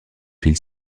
file